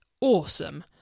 awesome